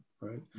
right